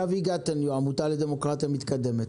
שבי גטניו, העמותה לדמוקרטיה מתקדמת,